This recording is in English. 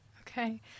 Okay